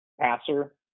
passer